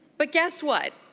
but guess what?